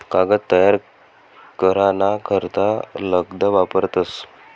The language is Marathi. कागद तयार करा ना करता लगदा वापरतस